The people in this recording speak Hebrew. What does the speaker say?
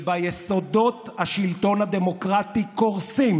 שבה יסודות השלטון הדמוקרטי קורסים,